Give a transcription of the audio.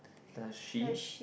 the sheep